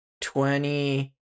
Twenty